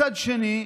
מצד שני,